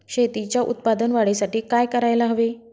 शेतीच्या उत्पादन वाढीसाठी काय करायला हवे?